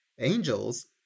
Angels